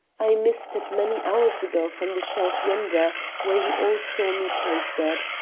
i missed it many hours ago, from the shelf yonder where you all saw me place it.